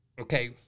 okay